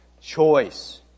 choice